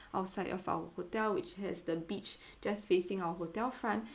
outside of our hotel which has the beach just facing our hotel front